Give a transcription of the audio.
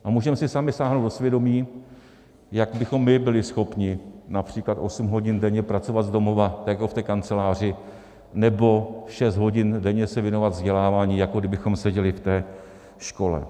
A můžeme si sami sáhnout do svědomí, jak bychom my byli schopni například osm hodin denně pracovat z domova jako v té kanceláři, nebo šest hodin denně se věnovat vzdělávání, jako kdybychom seděli v té škole.